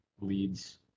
leads